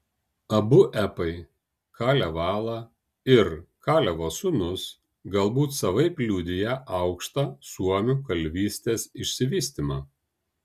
abu epai kalevala ir kalevo sūnus galbūt savaip liudija aukštą suomių kalvystės išsivystymą